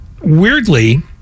weirdly